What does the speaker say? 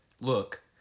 Look